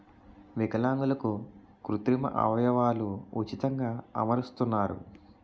విలాంగులకు కృత్రిమ అవయవాలు ఉచితంగా అమరుస్తున్నారు